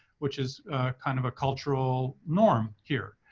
which is kind of a cultural norm here.